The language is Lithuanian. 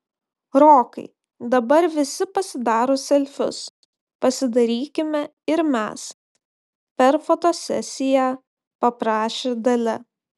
rokai dabar visi pasidaro selfius pasidarykime ir mes per fotosesiją paprašė dalia